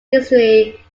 history